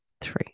three